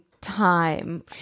time